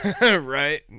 Right